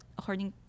according